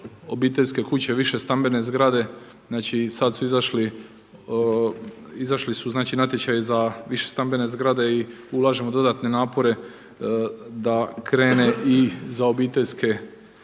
obiteljske kuće, više stambene zgrade. Znači, sad su izašli, izašli su znači natječaji za više stambene zgrade i ulažemo dodatne napore da krene i za obiteljske